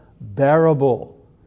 bearable